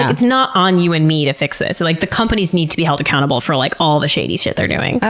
it's not on you and me to fix this. like the companies need to be held accountable for, like, all the shady shit they're doing.